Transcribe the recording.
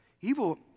evil